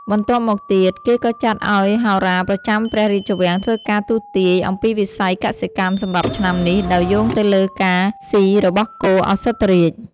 បន្ទាប់មកទៀតគេក៏ចាត់ឪ្យហោរាប្រចាំព្រះរាជវាំងធ្វើការទស្សទាយន៍ អំពីវិស័យកសិកម្មសម្រាប់ឆ្នាំនេះ ដោយយោងទៅលើការស៊ីរបស់គោឧសភរាជ ។